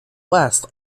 west